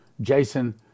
Jason